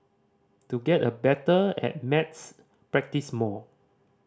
to get a better at maths practise more